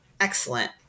Excellent